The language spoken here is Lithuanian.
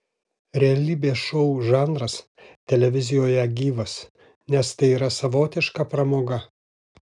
realybės šou žanras televizijoje gyvas nes tai yra savotiška pramoga